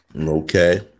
Okay